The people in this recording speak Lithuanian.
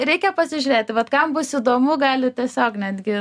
reikia pasižiūrėti vat kam bus įdomu gali tiesiog netgi